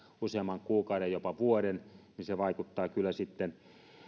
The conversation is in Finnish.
useamman kuukauden jopa vuoden niin se vaikuttaa kyllä sitten